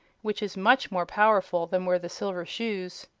which is much more powerful than were the silver shoes.